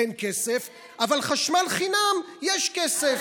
אין כסף, אבל לחשמל חינם, יש כסף.